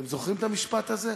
אתם זוכרים את המשפט הזה?